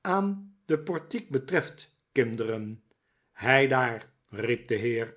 aan de portiek betreft kinderen heidaar riep de heer